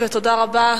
תודה רבה.